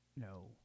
No